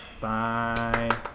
Bye